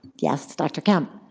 yes, dr. kempe?